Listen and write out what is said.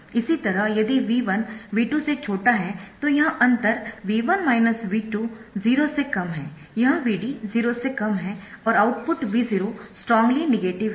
इसी तरह यदि V1 V2 से छोटा है तो यह अंतर V1 V2 0 यह Vd 0 और आउटपुट V0 स्ट्रॉन्ग्ली नेगेटिव है